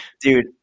Dude